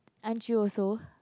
aren't you also